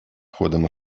ходом